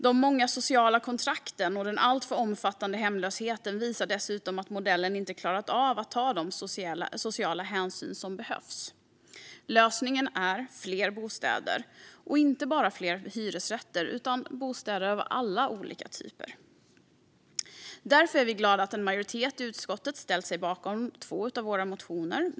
De många sociala kontrakten och den alltför omfattande hemlösheten visar dessutom att modellen inte klarat av att ta de sociala hänsyn som behövs. Lösningen är fler bostäder, och inte bara fler hyresrätter utan bostäder av alla olika typer. Därför är vi glada att en majoritet i utskottet ställt sig bakom två av våra motioner.